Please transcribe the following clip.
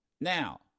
Now